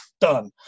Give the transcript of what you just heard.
done